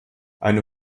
eine